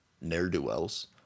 ne'er-do-wells